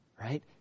right